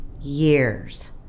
years